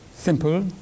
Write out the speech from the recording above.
simple